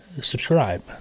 subscribe